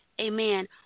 amen